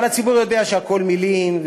אבל הציבור יודע שהכול מילים,